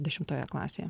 dešimtoje klasėje